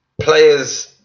players